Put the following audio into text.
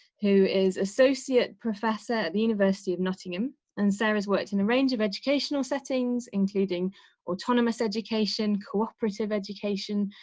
who is associate professor at the university of nottingham and sarah's worked in a range of educational settings, including autonomous education, cooperative education,